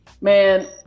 Man